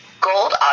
Gold